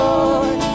Lord